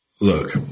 look